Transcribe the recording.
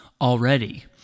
already